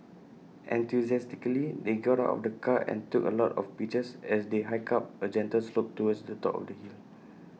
enthusiastically they got out of the car and took A lot of pictures as they hiked up A gentle slope towards the top of the hill